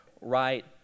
right